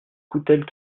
coutelle